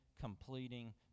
completing